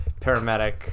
paramedic